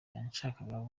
yashakaga